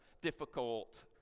difficult